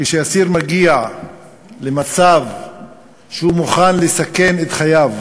כשאסיר מגיע למצב שהוא מוכן לסכן את חייו